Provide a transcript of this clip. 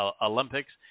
Olympics